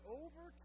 over